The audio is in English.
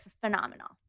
phenomenal